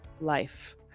life